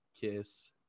kiss